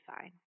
fine